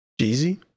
jeezy